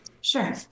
Sure